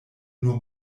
nur